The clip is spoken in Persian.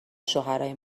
شوهرای